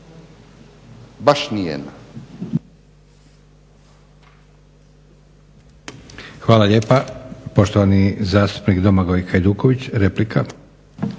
Baš nijedna.